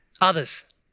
others